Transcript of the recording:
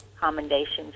commendations